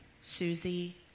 Susie